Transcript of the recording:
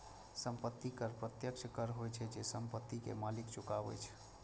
संपत्ति कर प्रत्यक्ष कर होइ छै, जे संपत्ति के मालिक चुकाबै छै